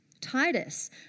Titus